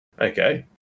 Okay